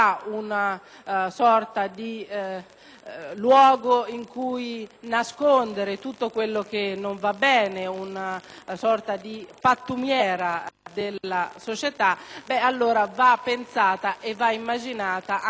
luogo in cui nascondere tutto ciò che non va bene, una sorta di pattumiera della società, ebbene bisogna immaginare anche il reinserimento dei detenuti.